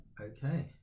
okay